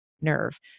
Nerve